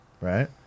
right